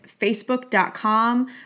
facebook.com